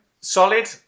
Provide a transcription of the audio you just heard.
solid